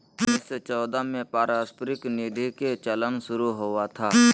उन्नीस सौ चौदह में पारस्परिक निधि के चलन शुरू हुआ था